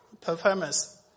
performance